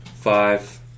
Five